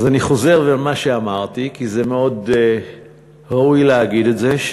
אז אני חוזר על מה שאמרתי כי זה מאוד ראוי להגיד את זה,